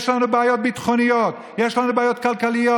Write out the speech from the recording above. יש לנו בעיות ביטחוניות, יש לנו בעיות כלכליות.